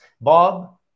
Bob